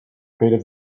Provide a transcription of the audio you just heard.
creative